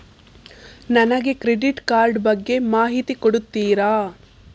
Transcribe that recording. ನನಗೆ credit card ಬಗ್ಗೆ ಮಾಹಿತಿ ಕೊಡುತ್ತೀರಾ?